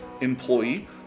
employee